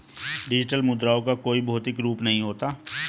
digital मुद्राओं का कोई भौतिक रूप नहीं होता